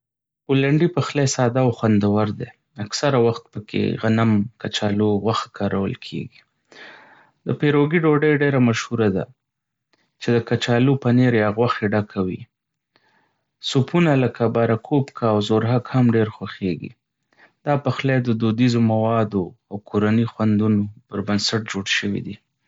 پولنډي پخلی ساده او خوندور دی، اکثره وخت پکې غنم، کچالو او غوښه کارول کېږي. د پیروګي ډوډۍ ډېره مشهوره ده، چې د کچالو، پنیر یا غوښې ډک وي. سوپونه لکه باره کوپکا او زورهک هم ډېر خوښيږي. دا پخلی د دودیزو موادو او کورني خوندونو پر بنسټ جوړ شوی دی.